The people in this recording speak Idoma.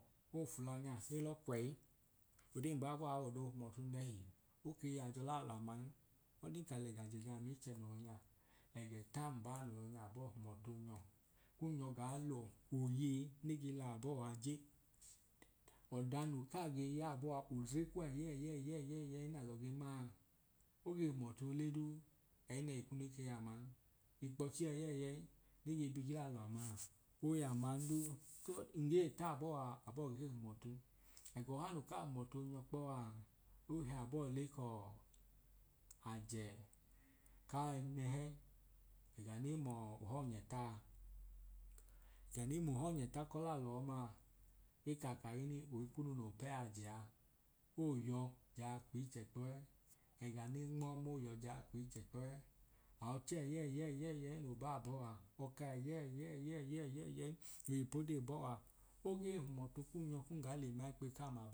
Koo fula nyaa ẹlọ kwẹyi, odee mbabọọ aa w’ọdohum ọtu nẹhi oke y’ajọ lalọ aman ole ka lega je gam ichẹ no yọ nya, ẹg’ẹta mbaa noo ny’abọọ hum ọtu onyọ kun nyọ gaa lo oyei ne ge la abọ a je. Ọda no kaa ge ya abọọ aa odre kuwa ẹyẹyẹyẹyẹi na lọ ge maa oge hum ọtu ole duu, ẹinẹhi kunu ikeyaaman. Ikpọchi ẹyẹyẹi ne ge bi gelalọ amaa oya aman duu so ngei ta abọ aa abọ gee hum ọtu. Egọha no kaa hum ọtu onyọ kpọ aa, eha abọọ le kọọ a ajẹ kai nẹhẹ ẹga ne mọọ ohọnyẹtaa. Ẹga ne m’ohọnyẹta kọlalọ ọmaa eka kahinii oyi kunu no pẹ ajẹ aa oo yọ jaa kwi ichẹ kpoẹ, ẹga ne nmọọ ọma ooyọ jaa kwi ichẹ kpoẹ, aa ochẹ ẹyẹyẹyẹyẹi no baabọọ a, ọka ẹyẹyẹyẹyẹyẹyẹi no y’ipo dee bọọ aa oge hum ọtu kun nyọ kun gaa le ma ikpeyi kam